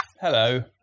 Hello